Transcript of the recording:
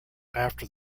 after